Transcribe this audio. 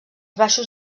baixos